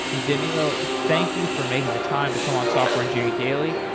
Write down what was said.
danilo thank you for making the time to come on software engineering daily.